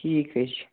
ٹھیٖک حظ چھُ